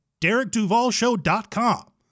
DerekDuvallShow.com